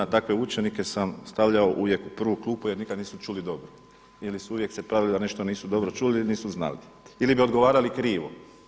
Takve učenike sam stavljao uvijek u prvu klupu jer nikad nisu čuli dobro ili su uvijek se pravili da nešto nisu dobro čuli, nisu znali ili bi odgovarali krivo.